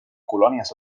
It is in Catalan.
colònies